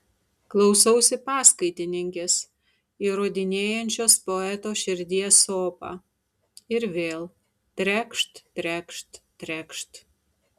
klausausi paskaitininkės įrodinėjančios poeto širdies sopą ir vėl trekšt trekšt trekšt